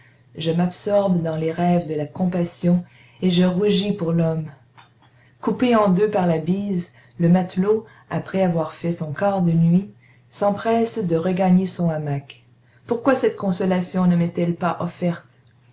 je m'absorbe dans les rêves de la compassion et je rougis pour l'homme coupé en deux par la bise le matelot après avoir fait son quart de nuit s'empresse de regagner son hamac pourquoi cette consolation ne m'est-elle pas offerte